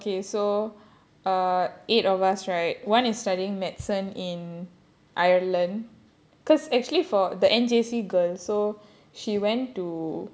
oh most of okay so err eight of us right one is studying medicine in ireland because actually for the N_J_C girl so she went to